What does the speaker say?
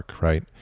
right